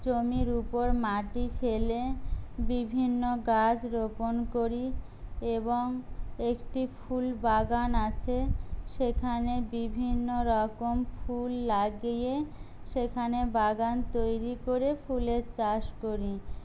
জমির উপর মাটি ফেলে বিভিন্ন গাছ রোপণ করি এবং একটি ফুল বাগান আছে সেখানে বিভিন্ন রকম ফুল লাগিয়ে সেখানে বাগান তৈরি করে ফুলের চাষ করি